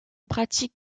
pratique